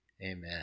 Amen